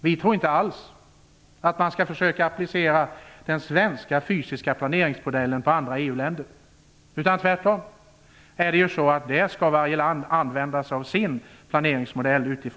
Vi tror inte alls att man skall försöka applicera den svenska fysiska planeringsmodellen på andra EU-länder. Tvärtom skall varje land, utifrån tradition, använda sig av sin planeringsmodell.